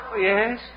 Yes